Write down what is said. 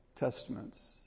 Testaments